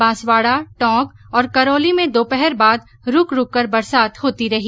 बांसवाड़ा टोंक और करौली में दोपहर बाद रूक रूक कर बरसात होती रही